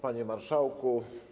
Panie Marszałku!